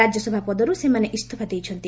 ରାଜ୍ୟସଭା ପଦରୁ ସେମାନେ ଇସ୍ତଫା ଦେଇଛନ୍ତି